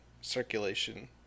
circulation